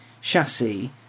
chassis